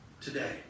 today